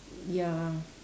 ya